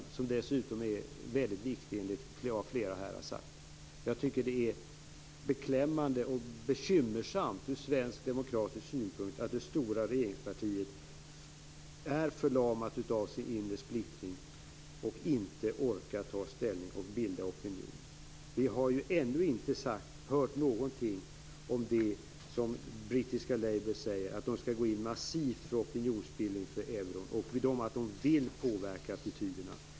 Den är dessutom väldigt viktig, som flera här har sagt. Jag tycker att det är beklämmande och även bekymmersamt från svensk demokratisk synpunkt att det stora regeringspartiet är förlamat av inre splittring och inte orkar ta ställning och bilda opinion. Vi har ju ännu inte hört någonting om det som brittiska Labour säger, nämligen att man massivt skall gå in för opinionsbildning för euron. Man vill påverka attityderna.